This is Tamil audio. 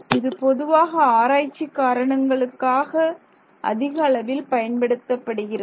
இது பொதுவாக ஆராய்ச்சி காரணங்களுக்காக அதிக அளவில் பயன்படுத்தப்படுகிறது